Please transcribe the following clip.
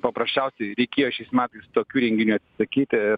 paprasčiausiai reikėjo šiais metais tokių renginių atsisakyti